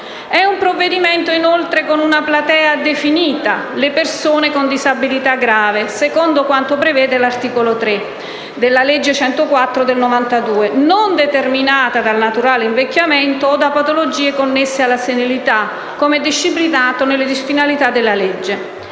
È un provvedimento, inoltre, con una platea definita: le persone con disabilità grave, secondo quanto prevede l'articolo 3 della legge n. 104 del 1992, non determinata dal naturale invecchiamento o da patologie connesse alla senilità, come è disciplinato nella finalità della legge.